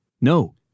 No